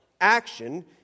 action